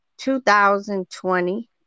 2020